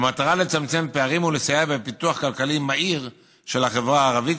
במטרה לצמצם פערים ולסייע בפיתוח כלכלי מהיר של החברה הערבית,